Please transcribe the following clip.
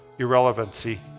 irrelevancy